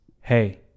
hey